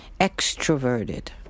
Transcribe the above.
Extroverted